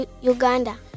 Uganda